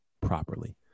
properly